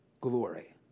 glory